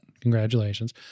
Congratulations